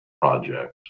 projects